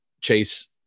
Chase